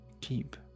keep